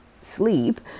sleep